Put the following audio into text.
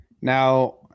Now